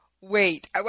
wait